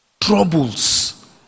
troubles